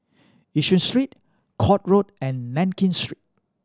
Yishun Street Court Road and Nankin Street